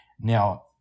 Now